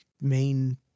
main